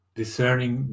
discerning